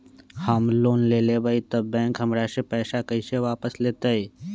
हम लोन लेलेबाई तब बैंक हमरा से पैसा कइसे वापिस लेतई?